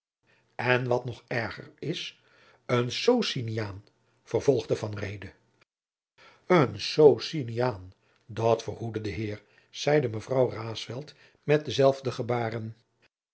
en wat nog erger is een sociniaan vervolgde van reede een sociniaan dat verhoede de heer zeide mejuffrouw raesfelt met dezelfde gebaarden